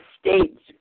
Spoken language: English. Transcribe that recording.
states